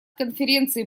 конференции